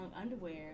underwear